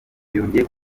yongeye